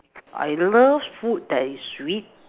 I love food that is sweet